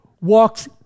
walks